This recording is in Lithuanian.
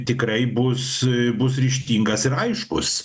tikrai bus bus ryžtingas ir aiškus